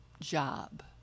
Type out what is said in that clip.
job